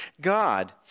God